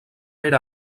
era